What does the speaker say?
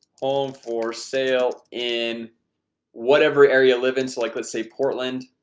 home for sale in whatever area live in so like let's say portland